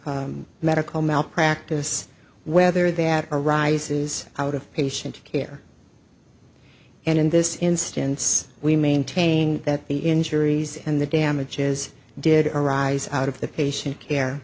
or medical malpractise whether that arises out of patient care and in this instance we maintain that the injuries and the damages did arise out of the patient care